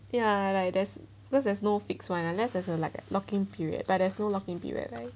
ya like there's because there's no fixed one unless there's a like a lock in period but there's no lock in period right